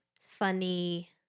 Funny